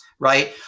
Right